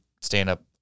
stand-up